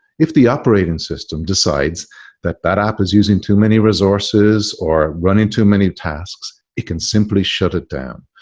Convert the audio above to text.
if the operating system decides that that app is using too many resources or running too many tasks, it can simply shut it down.